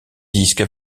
disques